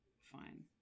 fine